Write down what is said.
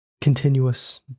continuous